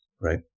Right